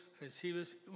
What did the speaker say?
recibes